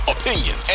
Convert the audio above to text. opinions